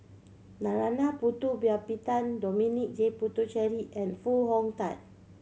Narana Putumaippittan Dominic J Puthucheary and Foo Hong Tatt